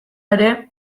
ere